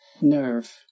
nerve